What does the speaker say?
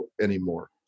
anymore